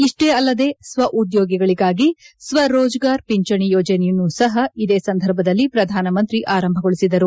ಇಷ್ಲೇ ಅಲ್ಲದೇ ಸ್ವಉದ್ಯೋಗಿಗಳಿಗಾಗಿ ಸ್ವರೋಜ್ಗಾರ್ ಪಿಂಚಣಿ ಯೋಜನೆಯನ್ನು ಸಪ ಇದೇ ಸಂದರ್ಭದಲ್ಲಿ ಪ್ರಧಾನ ಮಂತ್ರಿ ಆರಂಭಗೊಳಿಸಿದರು